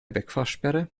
wegfahrsperre